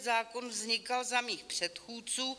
Zákon vznikal za mých předchůdců.